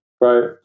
Right